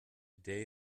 today